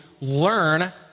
learn